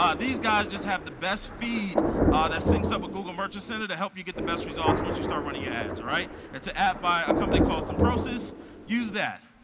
um these guys just have the best feed ah that syncs up a google merchant center to help you get the best results once you start running your ads. it's an app by a company called simprosys, use that.